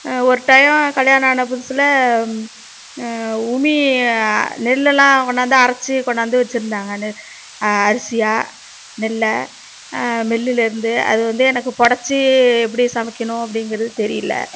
ஒரு டயம் கல்யாணம் ஆன புதுசில் உமி நெல்லெலாம் கொண்டாந்து அரைச்சு கொண்டாந்து வச்சுருந்தாங்க நெ அரிசியாக நெல்லை மில்லுலேருந்து அது வந்து எனக்கு பொடைச்சு எப்படி சமைக்கணும் அப்படிங்குறது தெரியல